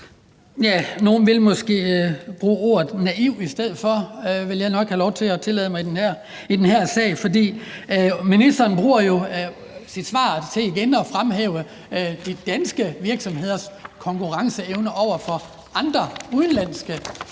nogle vil måske bruge ordet naiv i stedet for, vil jeg tillade mig at sige i den her sag, for ministeren bruger jo sit svar til igen at fremhæve de danske virksomheders konkurrenceevne over for andre udenlandske